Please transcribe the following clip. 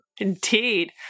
indeed